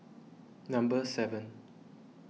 number seven